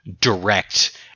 direct—